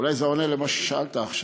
אולי זה עונה למה ששאלת עכשיו,